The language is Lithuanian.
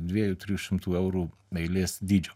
dviejų trijų šimtų eurų eilės dydžio